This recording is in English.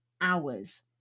hours